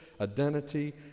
identity